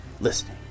listening